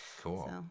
Cool